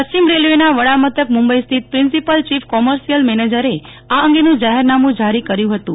પશ્ચિમ રેલવેના વડામથક મુંબઈ સ્થિત principal chief commercial manager આ અંગેનું જાફેરનામું જારી કર્યું હતું